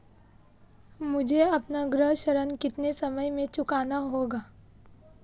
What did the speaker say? मुझे अपना गृह ऋण कितने समय में चुकाना होगा?